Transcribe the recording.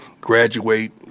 graduate